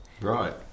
Right